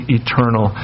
eternal